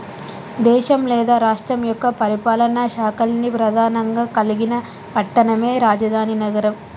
దేశం లేదా రాష్ట్రం యొక్క పరిపాలనా శాఖల్ని ప్రెధానంగా కలిగిన పట్టణమే రాజధాని నగరం